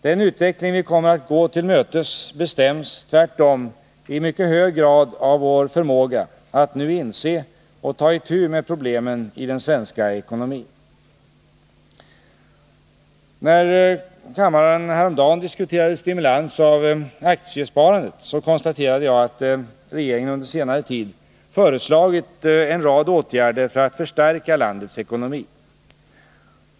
Den utveckling vi kommer att gå till mötes bestäms tvärtom i mycket hög grad av vår förmåga att nu inse och ta itu med problemen i den svenska ekonomin. När kammaren häromdagen diskuterade stimulans av aktiesparandet konstaterade jag att regeringen under senare tid föreslagit en rad åtgärder för att förstärka landets ekonomi.